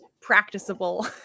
practicable